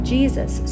Jesus